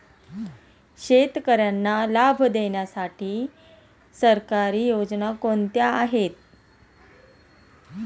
शेतकऱ्यांना लाभ देणाऱ्या काही सरकारी योजना कोणत्या आहेत?